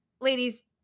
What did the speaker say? ladies